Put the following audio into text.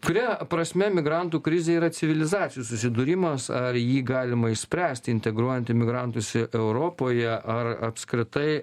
kuria prasme migrantų krizė yra civilizacijų susidūrimas ar jį galima išspręsti integruojant imigrantus europoje ar apskritai